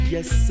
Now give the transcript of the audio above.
Yes